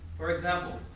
for example,